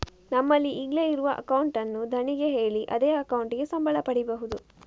ನಮ್ಮಲ್ಲಿ ಈಗ್ಲೇ ಇರುವ ಅಕೌಂಟ್ ಅನ್ನು ಧಣಿಗೆ ಹೇಳಿ ಅದೇ ಅಕೌಂಟಿಗೆ ಸಂಬಳ ಪಡೀಬಹುದು